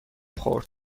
خورد